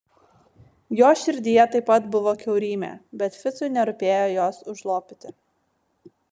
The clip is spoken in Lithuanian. jos širdyje taip pat buvo kiaurymė bet ficui nerūpėjo jos užlopyti